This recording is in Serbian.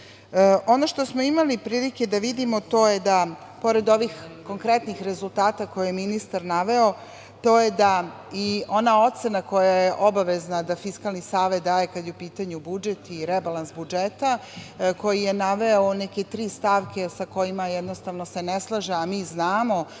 što smo imali prilike da vidimo to je, pored ovih konkretnih rezultata koje je ministar naveo, i ona ocena koju je Fiskalni savet obavezan da daje, kad je u pitanju budžet i rebalans budžeta, koji je naveo neke tri stavke sa kojima se jednostavno ne slaže, a mi znamo,